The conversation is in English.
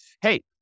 hey